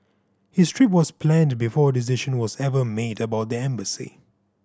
his trip was planned before a decision was ever made about the embassy